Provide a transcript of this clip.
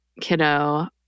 kiddo